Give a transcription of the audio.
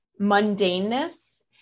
mundaneness